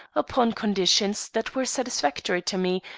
upon conditions that were satisfactory to me,